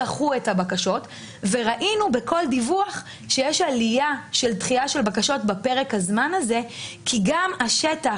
ראינו בכל דיווח שיש עלייה של דחיה של בקשות בפרק הזמן הזה כי גם השטח,